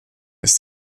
ist